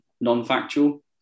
non-factual